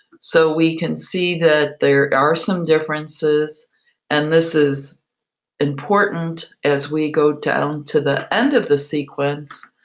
so we can see that there are some differences and this is important as we go down to the end of the sequence,